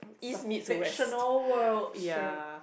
it's a fictional world